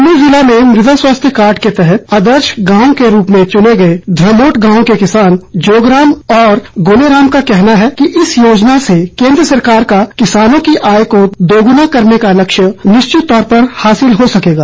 कल्लू ज़िला में मृदा स्वास्थ्य कार्ड के तहत आदर्श गांव के रूप में चुने गए धमोट गांव के किसान जोगराम और गोलेराम का कहना है कि इस योजना से केन्द्र सरकार का किसानों की आय को दोगुना करने का लक्ष्य निश्चित तौर पर हासिल हो सकेगा